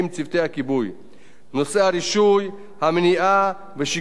המניעה ושיקום האזור לאחר אירוע חומרים